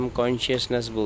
consciousness